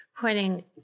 pointing